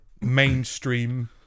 mainstream